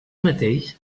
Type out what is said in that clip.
mateix